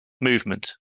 movement